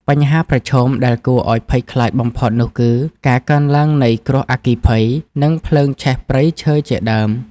បញ្ហាប្រឈមដែលគួរឱ្យភ័យខ្លាចបំផុតនោះគឺការកើនឡើងនៃគ្រោះអគ្គីភ័យ និងភ្លើងឆេះព្រៃឈើជាដើម។